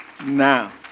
Now